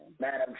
Madam